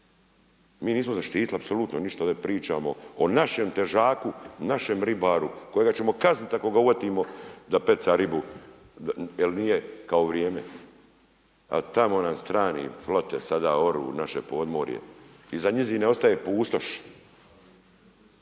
mi nismo zaštitili apsolutno ništa, ovdje pričamo o našem težaku, našem ribaru kojega ćemo kazniti ako ga uhvatimo da peca ribu jer nije kao vrijeme a tamo nam strani flote sada oru u naše podmorje i za njih ne ostaje pustoš,